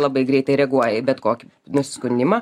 labai greitai reaguoja į bet kokį nusiskundimą